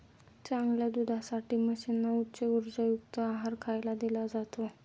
चांगल्या दुधासाठी म्हशींना उच्च उर्जायुक्त आहार खायला दिला जातो